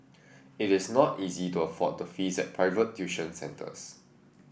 it is not easy to afford the fees at private tuition centres